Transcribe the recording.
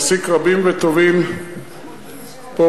רבים וטובים פה,